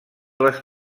les